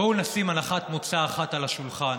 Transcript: בואו נשים הנחת מוצא אחת על השולחן,